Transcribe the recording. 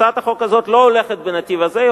הצעת החוק הזאת לא הולכת בנתיב הזה,